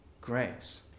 grace